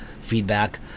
feedback